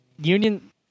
Union